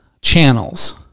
channels